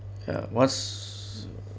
ya what's